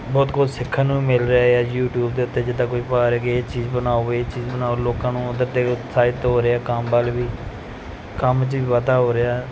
ਬਹੁਤ ਕੁਛ ਸਿੱਖਣ ਨੂੰ ਵੀ ਮਿਲ ਰਿਹਾ ਆ ਯੂਟੀਊਬ ਦੇ ਉੱਤੇ ਜਿੱਦਾਂ ਕੋਈ ਪਾ ਰਿਹਾ ਕਿ ਇਹ ਚੀਜ਼ ਬਣਾਓ ਇਹ ਚੀਜ਼ ਬਣਾਓ ਲੋਕਾਂ ਨੂੰ ਉਹਦੇ 'ਤੇ ਉਤਸ਼ਾਹਿਤ ਹੋ ਰਿਹਾ ਕੰਮ ਵੱਲ ਵੀ ਕੰਮ 'ਚ ਵੀ ਵਾਧਾ ਹੋ ਰਿਹਾ